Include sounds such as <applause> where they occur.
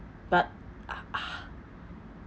but <noise>